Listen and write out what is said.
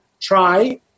try